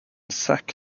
zack